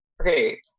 Okay